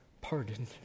pardon